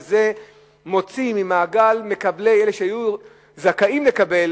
וזה מוציא ממעגל אלה שהיו זכאים לקבל